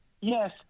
Yes